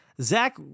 Zach